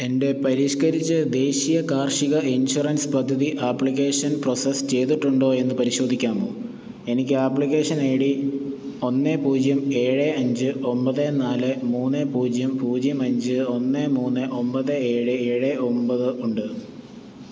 എൻ്റെ പരിഷ്കരിച്ച ദേശീയ കാർഷിക ഇൻഷുറൻസ് പദ്ധതി ആപ്ലിക്കേഷൻ പ്രോസസ്സ് ചെയ്തിട്ടുണ്ടോ എന്ന് പരിശോധിക്കാമോ എനിക്ക് ആപ്ലിക്കേഷൻ ഐ ഡി ഒന്ന് പൂജ്യം ഏഴ് അഞ്ച് ഒമ്പത് നാല് മൂന്ന് പൂജ്യം പൂജ്യം അഞ്ച് ഒന്ന് മൂന്ന് ഒമ്പത് ഏഴ് ഏഴ് ഒമ്പത് ഉണ്ട്